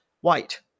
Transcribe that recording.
white